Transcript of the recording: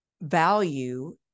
value